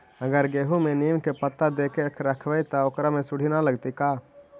अगर गेहूं में नीम के पता देके यखबै त ओकरा में सुढि न लगतै का?